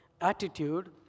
attitude